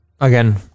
Again